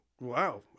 Wow